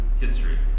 history